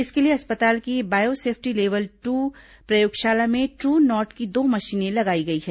इसके लिए अस्पताल की बायोसेफ्टी लेवल दू प्रयोगशाला में ट्र नॉट की दो मशीनें लगाई गई है